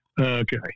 okay